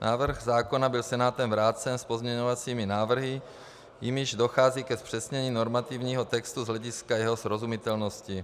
Návrh zákona byl Senátem vrácen s pozměňovacími návrhy, jimiž dochází ke zpřesnění normativního textu z hlediska jeho srozumitelnosti.